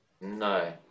No